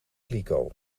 kliko